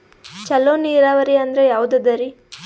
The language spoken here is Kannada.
ಚಲೋ ನೀರಾವರಿ ಅಂದ್ರ ಯಾವದದರಿ?